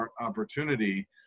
opportunity